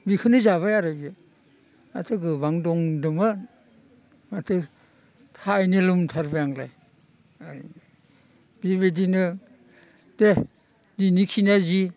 बेखौनो जाबाय आरो बियो माथो गोबां दं होन्दोंमोन माथो थाइनैल' नुथारबाय आंलाय बेबायदिनो दे दिनैखिनिया जि